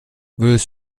würdest